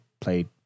played